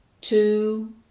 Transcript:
two